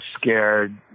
scared